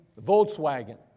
Volkswagen